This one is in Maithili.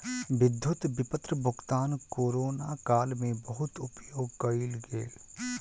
विद्युत विपत्र भुगतान कोरोना काल में बहुत उपयोग कयल गेल